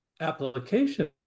application